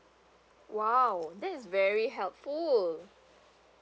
!wow! that is very helpful